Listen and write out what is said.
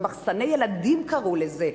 ב"מחסני ילדים" קראו לזה,